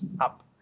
up